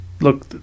look